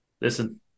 listen